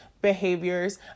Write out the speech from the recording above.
behaviors